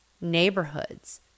neighborhoods